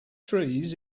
trees